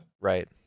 right